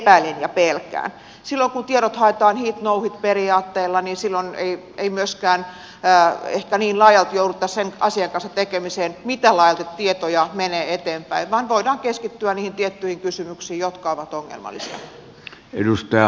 silloin kun tiedot haetaan hitno hit periaatteella niin silloin ei myöskään ehkä niin laajalti jouduttaisi sen asian kanssa tekemisiin miten laajalti tietoja menee eteenpäin vaan voidaan keskittyä niihin tiettyihin kysymyksiin jotka ovat ongelmallisia